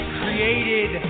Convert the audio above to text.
created